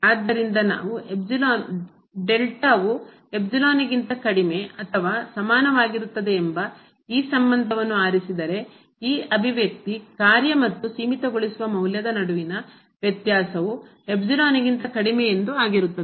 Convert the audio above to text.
ಆದ್ದರಿಂದ ನಾವು ವು ಗಿಂತ ಕಡಿಮೆ ಅಥವಾ ಸಮಾನವಾಗಿರುತ್ತದೆ ಎಂಬ ಈ ಸಂಬಂಧವನ್ನು ಆರಿಸಿದರೆ ಈ ಅಭಿವ್ಯಕ್ತಿ ಕಾರ್ಯ ಮತ್ತು ಸೀಮಿತಗೊಳಿಸುವ ಮೌಲ್ಯದ ನಡುವಿನ ವ್ಯತ್ಯಾಸವು ಗಿಂತ ಕಡಿಮೆ ಎಂದು ಆಗಿರುತ್ತದೆ